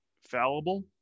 fallible